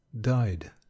died